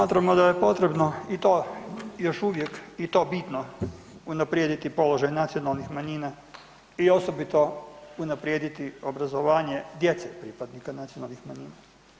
Smatramo da je potrebno i to još uvijek i to bitno unaprijediti položaj nacionalnih manjina i osobito unaprijediti obrazovanje djece pripadnika nacionalnih manjina.